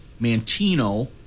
Mantino